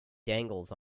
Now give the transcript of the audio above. dangles